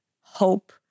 hope